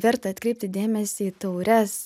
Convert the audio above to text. verta atkreipti dėmesį į taures